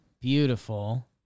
beautiful